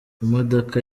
imodoka